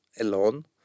alone